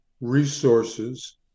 resources